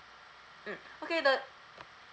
mm okay the